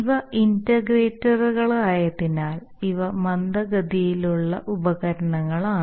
ഇവ ഇന്റഗ്രേറ്ററുകളായതിനാൽ ഇവ മന്ദഗതിയിലുള്ള ഉപകരണങ്ങളാണ്